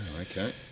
okay